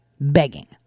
Begging